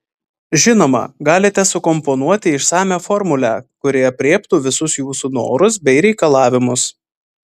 žinoma galite sukomponuoti išsamią formulę kuri aprėptų visus jūsų norus bei reikalavimus